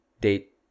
date